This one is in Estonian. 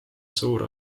suur